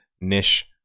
niche